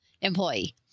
employee